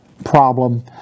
problem